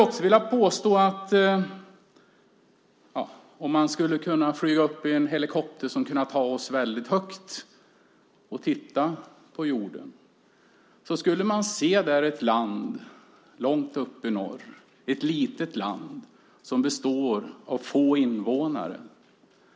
Om vi skulle kunna flyga med en helikopter som tog oss väldigt högt och därifrån titta ned på jorden skulle vi se ett land långt uppe i norr - ett litet land med få invånare.